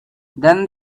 then